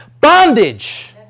Bondage